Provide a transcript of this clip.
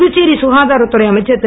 புதுச்சேரி சுகாதாரத்துறை அமைச்சர் இரு